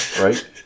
right